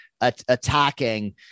attacking